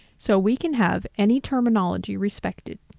so we can have any terminology respected,